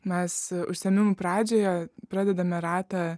mes užsiėmimų pradžioje pradedame ratą